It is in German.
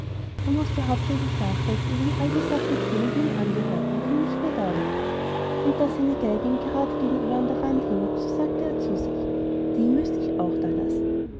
er mußte hauptsächlich nachdenken wohin alle die sachen kämen die ihm angehörten wenn er nicht mehr da wäre und da seine geige ihm gerade gegenüber an der wand hing so sagte er zu sich die müßte ich auch dalassen